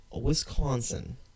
Wisconsin